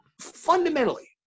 fundamentally